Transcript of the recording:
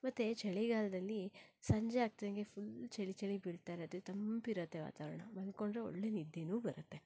ಮತ್ತೆ ಚಳಿಗಾಲದಲ್ಲಿ ಸಂಜೆ ಆಗ್ತಿದ್ದಂಗೆ ಫುಲ್ ಚಳಿ ಚಳಿ ಬೀಳ್ತಾ ಇರತ್ತೆ ತಂಪಿರತ್ತೆ ವಾತಾವರಣ ಮಲ್ಕೊಂಡ್ರೆ ಒಳ್ಳೆ ನಿದ್ದೆನೂ ಬರುತ್ತೆ